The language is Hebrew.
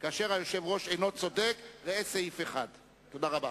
כאשר היושב-ראש אינו צודק, ראה סעיף 1. תודה רבה.